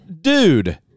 dude